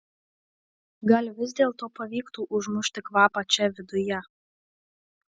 gal vis dėlto pavyktų užmušti kvapą čia viduje